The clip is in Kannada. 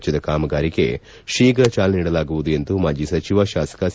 ವೆಚ್ವದ ಕಾಮಗಾರಿಗೆ ಶೀಘ ಚಾಲನೆ ನೀಡಲಾಗುವುದು ಎಂದು ಮಾಜಿ ಸಚಿವ ಶಾಸಕ ಸಿ